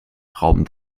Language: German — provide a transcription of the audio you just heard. raum